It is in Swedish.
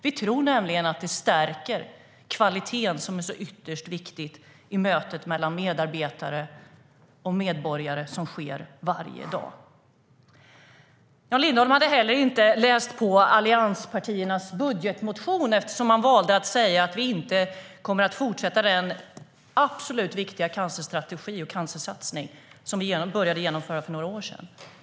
Vi tror nämligen att det stärker kvaliteten som är så ytterst viktig i mötet mellan medarbetare och medborgare som sker varje dag. Jan Lindholm hade heller inte läst på allianspartiernas budgetmotion eftersom han valde att säga att vi inte kommer att fortsätta den viktiga cancersatsning som vi började genomföra för några år sedan.